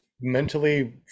mentally